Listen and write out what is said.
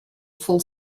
full